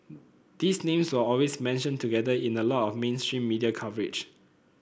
these names were always mentioned together in a lot mainstream media coverage